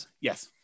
Yes